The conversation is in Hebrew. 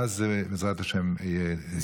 ואז בעזרת השם זה יהיה.